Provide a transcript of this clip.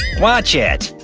watch it!